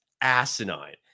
asinine